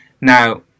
Now